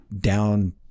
down